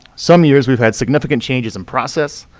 some years, we've had significant changes in process,